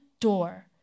door